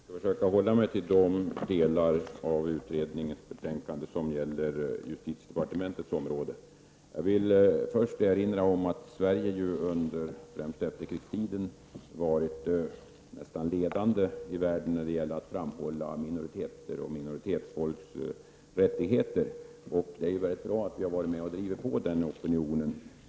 Fru talman! Jag skall försöka hålla mig till de delar av utredningens betänkande som gäller justitiedepartementets område. Jag vill först erinra om att Sverige under främst efterkrigstiden har varit nästan ledande i världen när det gäller att framhålla minoriteters och minoritetsfolks rättigheter. Det är mycket bra att Sverige har varit med och drivit på den opinionen.